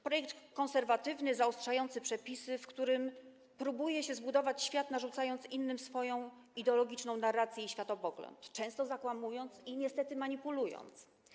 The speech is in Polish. Projekt konserwatywny, zaostrzający przepisy, w którym próbuje się zbudować świat, narzucając innym swoją ideologiczną narrację i światopogląd, często zakłamując i niestety manipulując.